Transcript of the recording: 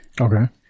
Okay